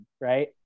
right